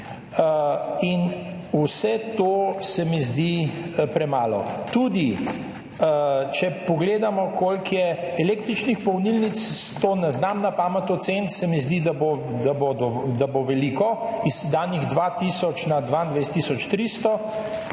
in vse to se mi zdi premalo. Tudi če pogledamo, koliko je električnih polnilnic, to ne znam na pamet oceniti, se mi zdi, da jih bo veliko, iz sedanjih 2 tisoč na 22